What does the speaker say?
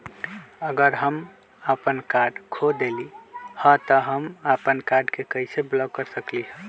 अगर हम अपन कार्ड खो देली ह त हम अपन कार्ड के कैसे ब्लॉक कर सकली ह?